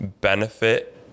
benefit